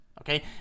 okay